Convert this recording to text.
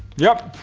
yep,